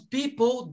people